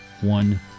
One